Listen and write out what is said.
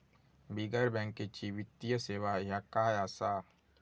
बिगर बँकेची वित्तीय सेवा ह्या काय असा?